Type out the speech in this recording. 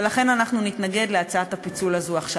ולכן אנחנו נתנגד להצעת הפיצול הזאת עכשיו.